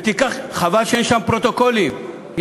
חבל שאין שם פרוטוקולים.